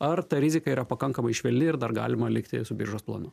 ar ta rizika yra pakankamai švelni ir dar galima likti su biržos planu